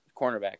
cornerback